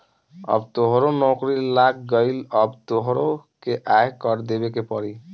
अब तोहरो नौकरी लाग गइल अब तोहरो के आय कर देबे के पड़ी